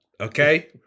okay